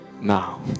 now